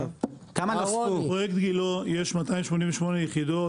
בפרויקט גילה יש 288 יחידות,